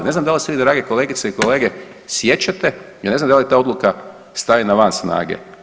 Ne znam da li se vi drage kolegice i kolege sjećate, ja ne znam da li je ta odluka stavljena van snage.